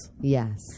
Yes